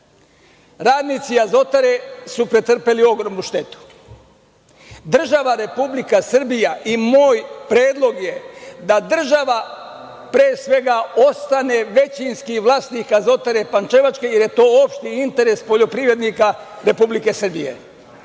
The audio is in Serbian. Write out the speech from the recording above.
Radnici Azotare su pretrpeli ogromnu štetu. Država Republika Srbija i moj predlog je da država, pre svega ostane većinski vlasnik Azotare pančevačke jer je to opšti interes poljoprivrednika Republike Srbije.